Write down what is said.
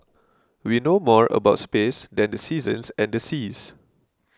we know more about space than the seasons and seas